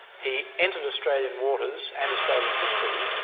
he entered australian waters and australian history